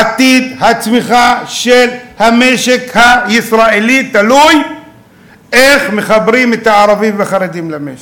עתיד הצמיחה של המשק הישראלי תלוי באיך מחברים את הערבים והחרדים למשק.